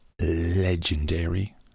legendary